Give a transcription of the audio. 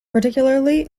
particularly